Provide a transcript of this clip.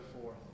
forth